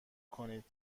کنید